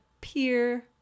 peer